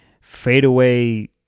fadeaway